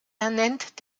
ernennt